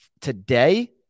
today